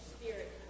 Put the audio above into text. spirit